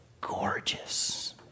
gorgeous